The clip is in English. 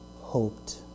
hoped